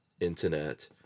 internet